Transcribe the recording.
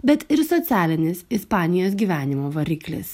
bet ir socialinis ispanijos gyvenimo variklis